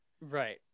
Right